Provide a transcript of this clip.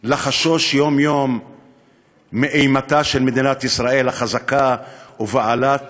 לחשוש יום-יום מאימתה של מדינת ישראל החזקה ובעלת